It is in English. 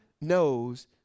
knows